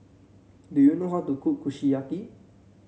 do you know how to cook Kushiyaki